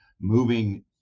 moving